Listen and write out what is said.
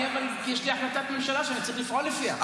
כי יש לי החלטת ממשלה שאני צריך לפעול לפיה.